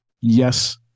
Yes